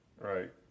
Right